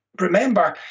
remember